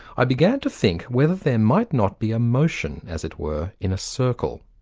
i began to think whether there might not be a motion, as it were, in a circle.